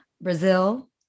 Brazil